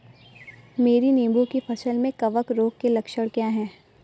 मेरी नींबू की फसल में कवक रोग के लक्षण क्या है?